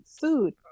food